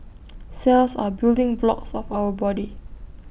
cells are building blocks of our body